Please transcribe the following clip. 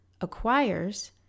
acquires